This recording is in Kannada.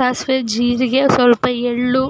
ಸಾಸಿವೆ ಜೀರಿಗೆ ಸ್ವಲ್ಪ ಎಳ್ಳು